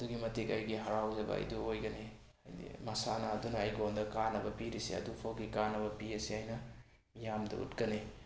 ꯑꯗꯨꯛꯀꯤ ꯃꯇꯤꯛ ꯑꯩꯒꯤ ꯍꯔꯥꯎꯖꯕ ꯍꯥꯏꯗꯣ ꯑꯣꯏꯒꯅꯤ ꯍꯥꯏꯗꯤ ꯃꯁꯥꯟꯅ ꯑꯗꯨꯅ ꯑꯩꯉꯣꯟꯗ ꯀꯥꯟꯅꯕ ꯄꯤꯔꯤꯁꯦ ꯑꯗꯨꯐꯥꯎꯒꯤ ꯀꯥꯟꯅꯕ ꯄꯤ ꯍꯥꯏꯁꯦ ꯑꯩꯅ ꯃꯤꯌꯥꯝꯗ ꯎꯠꯀꯅꯤ